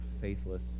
faithless